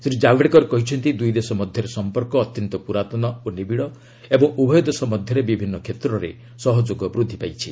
ଶ୍ରୀ ଜାଭଡେକର କହିଛନ୍ତି ଦୁଇ ଦେଶ ମଧ୍ୟରେ ସମ୍ପର୍କ ଅତ୍ୟନ୍ତ ପୂରାତନ ଓ ନିବିଡ଼ ଏବଂ ଉଭୟ ଦେଶ ମଧ୍ୟରେ ବିଭିନ୍ନ କ୍ଷେତ୍ରରେ ସହଯୋଗ ବୃଦ୍ଧି ପାଇଛି